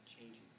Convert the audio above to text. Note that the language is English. changing